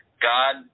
God